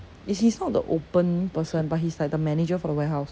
it's he's not the open person but he's like the manager for the warehouse